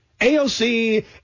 AOC